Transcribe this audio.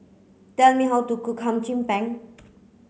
tell me how to cook Hum Chim Peng